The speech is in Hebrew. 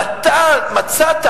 ואתה מצאת,